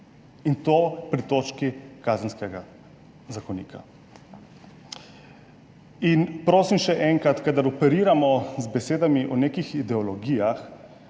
in to pri točki Kazenskega zakonika. Prosim, še enkrat, kadar operiramo z besedami o nekih ideologijah,